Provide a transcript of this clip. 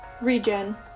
Regen